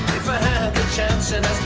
but had the chance